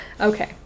Okay